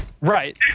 right